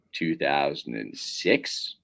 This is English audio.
2006